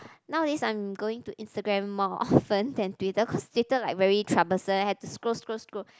nowadays I'm going to Instagram more often than Twitter cause Twitter like very troublesome had to scroll scroll scroll